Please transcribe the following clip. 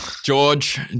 George